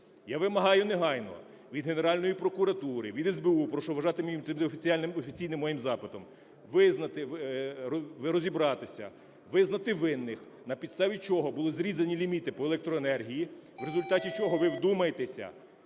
Я вимагаю негайно від Генеральної прокуратури, від СБУ (прошу вважати це офіційним моїм запитом) визнати… розібратися, визнати винних, на підставі чого були зрізані ліміти по електроенергії, в результаті чого – ви вдумайтеся